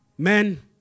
Men